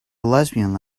lesbian